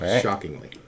shockingly